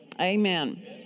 Amen